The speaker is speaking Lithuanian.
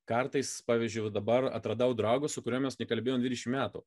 kartais pavyzdžiui vat dabar atradau draugą su kuriuo mes nekalbėjom dvidešimt metų